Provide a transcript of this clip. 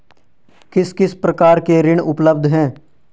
किस किस प्रकार के ऋण उपलब्ध हैं?